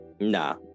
Nah